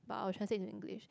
but I will translate in English